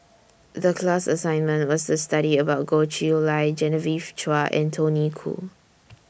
The class assignment was The study about Goh Chiew Lye Genevieve Chua and Tony Khoo